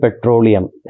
petroleum